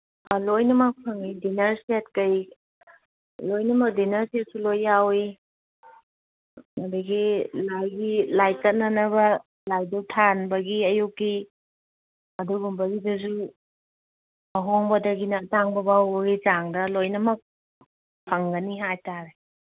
ꯑ ꯂꯣꯏꯅꯃꯛ ꯐꯪꯉꯤ ꯗꯤꯅꯔ ꯁꯦꯠ ꯀꯩ ꯂꯣꯏꯅꯃꯛ ꯗꯤꯅꯔ ꯁꯦꯠꯁꯨ ꯂꯣꯏ ꯌꯥꯎꯋꯤ ꯑꯗꯒꯤ ꯂꯥꯏ ꯀꯠꯅꯅꯕ ꯂꯥꯏ ꯙꯨꯛ ꯊꯥꯟꯕꯒꯤ ꯑꯌꯨꯛꯀꯤ ꯑꯗꯨꯒꯨꯝꯕꯒꯤꯗꯁꯨ ꯑꯍꯣꯡꯕꯗꯒꯤꯅ ꯑꯇꯥꯡꯕꯕꯥꯎꯕꯒꯤ ꯆꯥꯡꯗ ꯂꯣꯏꯅꯃꯛ ꯐꯪꯒꯅꯤ ꯍꯥꯏ ꯇꯥꯔꯦ